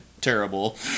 terrible